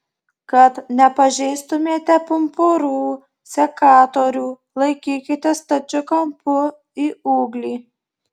kad nepažeistumėte pumpurų sekatorių laikykite stačiu kampu į ūglį